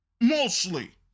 Mostly